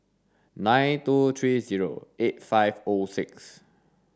nine two three zero eight five O six